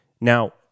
Now